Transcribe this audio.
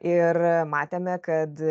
ir matėme kad